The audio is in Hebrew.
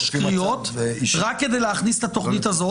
קריאות רק כדי להכניס את התוכנית הזאת,